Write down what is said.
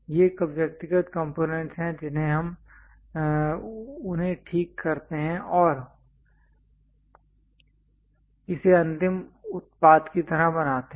ये व्यक्तिगत कंपोनेंट्स हैं जिन्हें हम उन्हें ठीक करते हैं और इसे अंतिम उत्पाद की तरह बनाते हैं